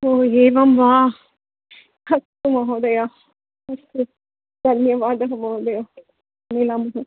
ओ एवं वा अस्तु महोदय अस्तु धन्यवादः महोदय मिलामः